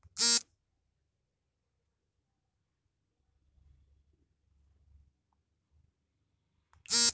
beach flea, king prawn, gribble, water flea ಸಮುದ್ರದ ಕಠಿಣ ಚರ್ಮಿಗಳಗಿವೆ